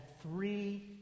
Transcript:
three